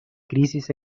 crisis